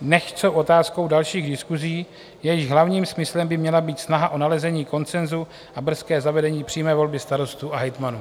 nechť jsou otázkou dalších diskusí, jejichž hlavním smyslem by měla být snaha o nalezení konsenzu a brzké zavedení přímé volby starostů a hejtmanů.